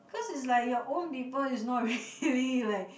cause is like your own people is not really like